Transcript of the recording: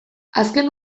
azken